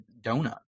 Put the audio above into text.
donut